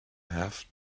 have